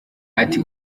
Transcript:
ati